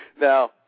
Now